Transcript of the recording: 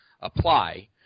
apply